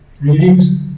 Readings